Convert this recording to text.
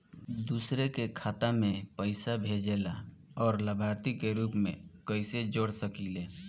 दूसरे के खाता में पइसा भेजेला और लभार्थी के रूप में कइसे जोड़ सकिले?